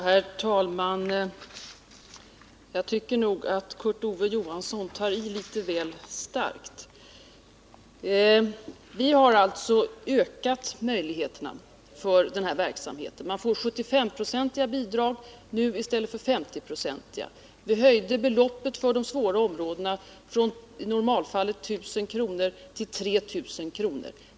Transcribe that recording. Herr talman! Jag tycker att Kurt Ove Johansson tar i litet väl kraftigt. Vi har alltså ökat möjligheterna för den här verksamheten för de svåra v områdena från i normalfallet 1 000 kr. till 3 000 kr.